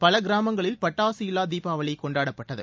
பல கிராமங்களில் பட்டாசு இல்லா தீபாவளி கொண்டாடப்பட்டது